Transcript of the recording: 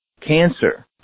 cancer